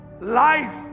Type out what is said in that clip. life